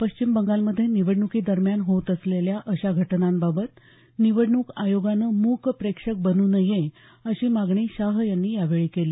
पश्चिम बंगालमध्ये निवडणुकी दरम्यान होत असलेल्या अशा घटनांबाबत निवडणूक आयोगानं मूकप्रेक्षक बनू नये अशी मागणी शाह यांनी यावेळी केली